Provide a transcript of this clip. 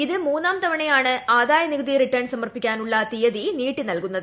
ഇത് മൂന്നാം തവണയാണ് ആദായനികുതി റിട്ടേൺ സമർപ്പിക്കാനുള്ള തീയതി നീട്ടി നൽകുന്നത്